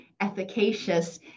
efficacious